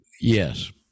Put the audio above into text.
Yes